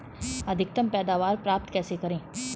अधिकतम पैदावार प्राप्त कैसे करें?